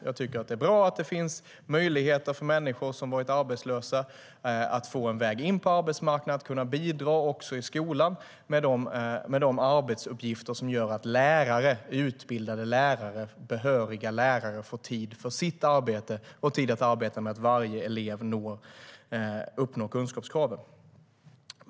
Jag tycker att det är bra att det finns möjligheter för människor som har varit arbetslösa att få en väg in på arbetsmarknaden, att kunna bidra också i skolan med de arbetsuppgifter som gör att lärare, utbildade lärare och behöriga lärare, får tid för sitt arbete och tid för att arbeta med att se till att varje elev uppnår kunskapskraven.